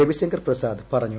രവിശങ്കർ പ്രസാദ് പറഞ്ഞു